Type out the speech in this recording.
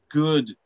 good